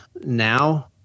now